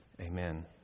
Amen